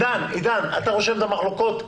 עידן, עידן, אתה רושם את המחלוקות?